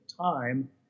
time